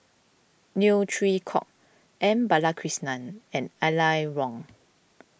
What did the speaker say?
Neo Chwee Kok M Balakrishnan and Aline Wong